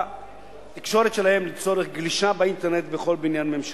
ובתקשורת שלהם לצורך גלישה באינטרנט בכל בניין ממשלתי.